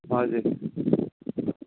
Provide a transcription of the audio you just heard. हजुर